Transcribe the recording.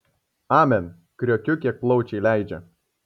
amen kriokiu kiek plaučiai leidžia